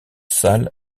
salle